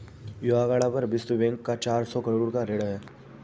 Uganda पर विश्व bank का चार सौ करोड़ ऋण है